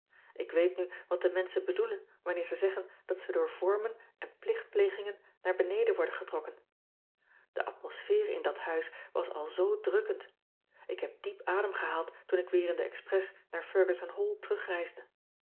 k weet nu wat de menschen bedoelen wanner ze zeggen dat ze door vormen en plichtplegingen naar beneden worden getrokken e atmosfeer in dat huis was al zoo drukkend k heb diep adem gehaald toen ik weer in den express naar ergussen all terugreisde